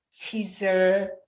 teaser